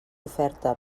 oferta